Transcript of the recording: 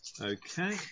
Okay